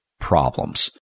problems